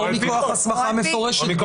או מכוח הסמכה מפורשת.